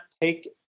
take